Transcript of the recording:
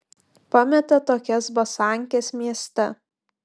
pametė tokias basankes mieste